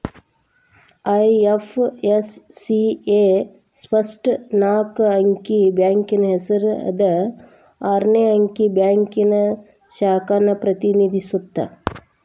IFSC ಯ first ನಾಕ್ ಅಂಕಿ ಬ್ಯಾಂಕಿನ್ ಹೆಸರ ಐದ್ ಆರ್ನೆ ಅಂಕಿ ಬ್ಯಾಂಕಿನ್ ಶಾಖೆನ ಪ್ರತಿನಿಧಿಸತ್ತ